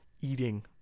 eating